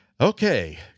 Okay